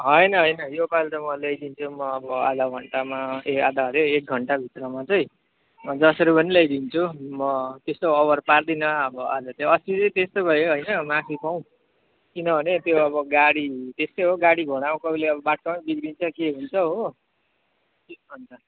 होइन होोइन योपालि त म ल्याइदिन्छु आधा घन्टामा म आधा अरे एक घन्टाभित्रमा चाहिँ जसरी भए पनि ल्याइदिन्छु म त्यस्तो अभर पार्दिनँ अस्ति चाहिँ त्यस्तै भयो होइन माफी पाउँ किनभने त्यो अब गाडी त्यस्तै हो गाडी घोडा कोही बेला बाटैमा बिग्रिन्छ के हुन्छ हो त्यस्तो अन्त